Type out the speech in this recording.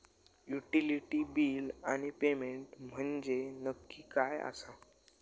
Utility बिला आणि payment म्हंजे नक्की काय आसा?